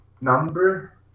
number